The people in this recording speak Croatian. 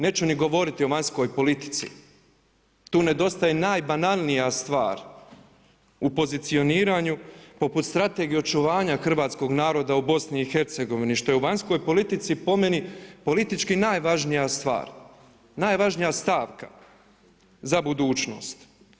Neću ni govoriti o vanjskoj politici, tu nedostaje banalnija stvar u pozicioniranju poput strategije očuvanja hrvatskog naroda u BiH što je u vanjskoj politici po meni politički najvažnija stvar, najvažnija stavka za budućnost.